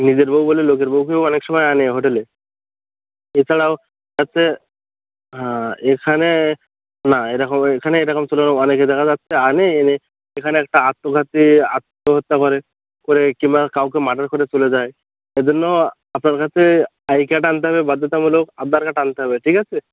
নিজের বউ বলে লোকের বউকেও অনেক সময় আনে হোটেলে এছাড়াও হচ্চে হ্যাঁ এখানে না এরকম এখানে এরকম ছিলো অনেকে দেখা যাচ্ছে আনে এনে এখানে একটা আত্মঘাতী আত্মহত্যা করে করে কিম্বা কাউকে মার্ডার করে চলে যায় এজন্য আপনার কাছে আই কার্ড আনতে হবে বাধ্যতামূলক আধার কার্ড আনতে হবে ঠিক আছে